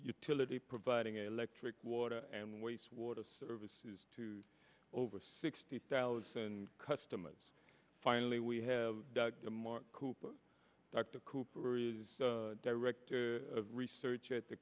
utility providing electric water and wastewater services to over sixty thousand customers finally we have to mark cooper dr cooper is director of research at the